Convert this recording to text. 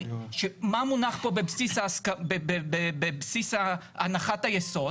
מה מונח פה בבסיס הנחת היסוד?